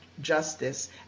justice